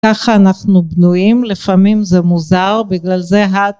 ככה אנחנו בנויים לפעמים זה מוזר בגלל זה